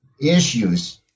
issues